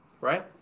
right